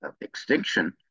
extinction